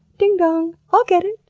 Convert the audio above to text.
ding dong! i'll get it!